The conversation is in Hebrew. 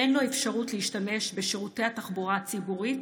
אין לו אפשרות להשתמש בשירותי התחבורה הציבורית